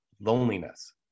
loneliness